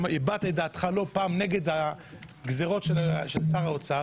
הבעת את דעתך לא פעם נגד הגזרות של שר האוצר,